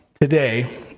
Today